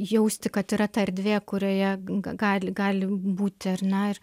jausti kad yra ta erdvė kurioje ga gali gali būti ar ne